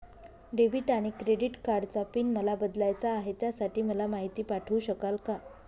Debit आणि credit कार्डचा PIN मला बदलायचा आहे, त्यासाठी मला माहिती पाठवू शकाल का?